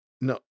No